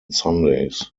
sundays